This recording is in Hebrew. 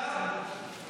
רק אבידר?